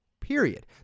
period